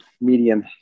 medium